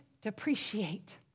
depreciate